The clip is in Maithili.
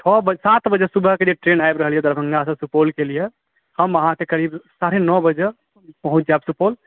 छओ बजे सात बजे सुबहके लिए ट्रेन आबि रहल यऽ दरभङ्गासँ सुपौलके लिए हम अहाँसँ करीब साढ़े नओ बजे पहुँच जाएब सुपौल